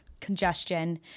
congestion